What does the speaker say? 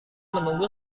menunggu